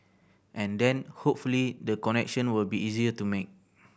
and then hopefully the connection will be easier to make